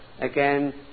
Again